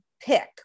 pick